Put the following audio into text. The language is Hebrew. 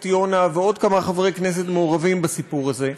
יונה ועוד כמה חברי כנסת מעורב בסיפור הזה,